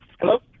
hello